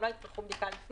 הם לא יצטרכו בדיקה לפני.